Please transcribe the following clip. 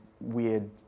weird